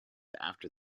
after